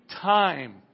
time